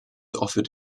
offered